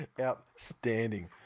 Outstanding